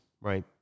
right